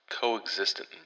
coexistent